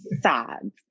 sad